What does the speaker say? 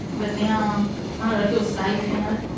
but now and it feels safe, you know